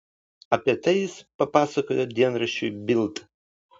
apie tai jis papasakojo dienraščiui bild